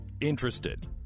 interested